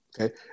okay